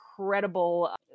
incredible